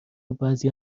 بعضی